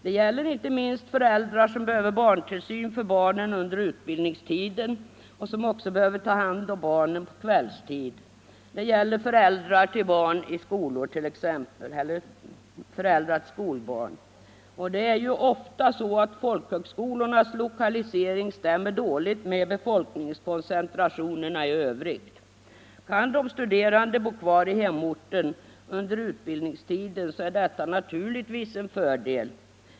Det gäller inte minst föräldrar som behöver barntillsyn för barnen under utbildningstiden och som också behöver ta hand om barnen på kvällstid, föräldrar till skolbarn t.ex. Och det är ofta så att folkhögskolornas lokalisering stämmer dåligt med befolkningskoncentrationerna. Kan de studerande bo kvar i hemorten under utbildningstiden, är detta naturligtvis en fördel.